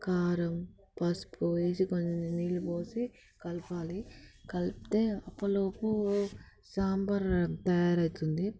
కారం పసుపు వేసి కొంచెం నీళ్ళు పోసి కలపాలి కలిపితే అప్పటిలోపు సాంబార్ తయారవుతుంది